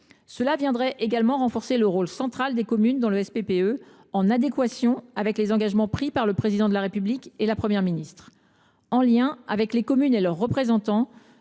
Cela viendrait également renforcer le rôle central des communes dans le SPPE, en adéquation avec les engagements pris par le Président de la République et la Première ministre. En lien avec les communes et leurs représentants,